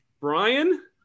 Brian